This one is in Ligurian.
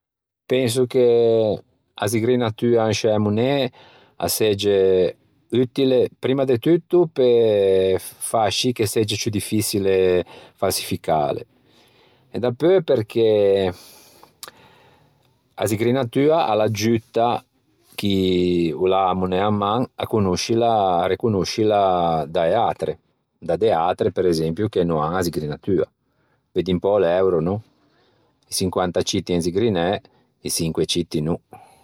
Penso che a zigrinatua in scê monnæ a segge uttile primma de tutto pe fâ scì che segge ciù diffiçile fâçificale e dapeu perché a zigrinatua a l'aggiutta chi l'à a monæa in man a riconoscila da-e atre da de atre che presempio no an a zigrinatua. Veddi un pö l'euro no? I çinquanta citti én zigrinæ, i çinque citti no